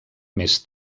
més